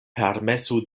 permesu